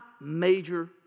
major